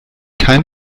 kein